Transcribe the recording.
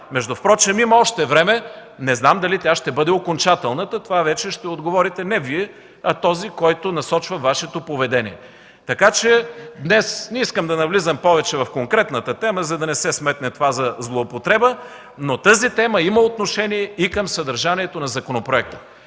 Впрочем има още време. Не знам дали тя ще бъде окончателна. Това вече ще отговорите не Вие, а този, който насочва Вашето поведение. Днес не искам да навлизам повече в конкретната тема, за да не се сметне това за злоупотреба, но тази тема има отношение и към съдържанието на законопроекта.